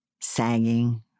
Sagging